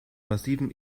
massivem